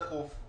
דחוף,